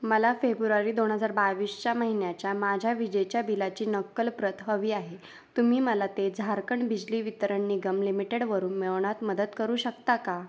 मला फेबुर्वारी दोन हजार बावीसच्या महिन्याच्या माझ्या विजेच्या बिलाची नक्कलप्रत हवी आहे तुम्ही मला ते झारखंड बिजली वितरण निगम लिमिटेडवरून मिळवण्यात मदत करू शकता का